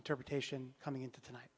interpretation coming into tonight